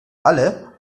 alle